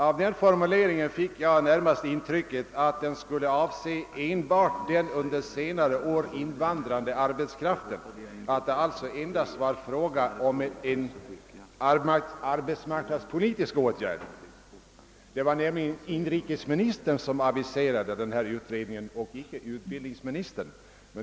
Av denna formulering fick jag närmast intrycket att endast den under senare år invandrade arbetskraften skulle beröras och att det alltså endast var en arbetsmarknadspolitisk fråga. Det var ju inrikesministern som aviserade denna utredning, icke utbildningsministern.